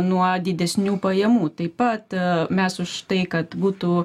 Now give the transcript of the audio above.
nuo didesnių pajamų taip pat mes už tai kad būtų